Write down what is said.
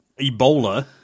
Ebola